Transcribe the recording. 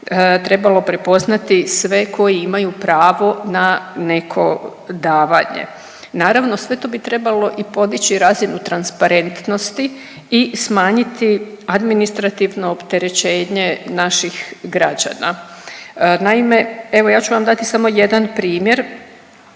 trebalo prepoznati sve koji imaju pravo na neko davanje. Naravno sve to bi trebalo i podići razinu transparentnosti i smanjiti administrativno opterećenje naših građana. Naime, evo ja ću vam dati samo jedan primjer.